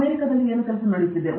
ಅಮೆರಿಕನ್ನರು ಏನು ಕೆಲಸ ಮಾಡುತ್ತಿದ್ದಾರೆ